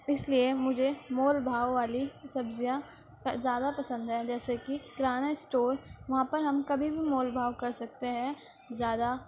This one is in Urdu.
اس لیے مجھے مول بھاؤ والی سبزیاں زیادہ پسند ہیں جیسے کہ کریانہ اسٹور وہاں پر ہم کبھی بھی مول بھاؤ کر سکتے ہیں زیادہ